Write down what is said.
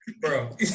Bro